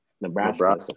Nebraska